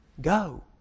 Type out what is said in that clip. Go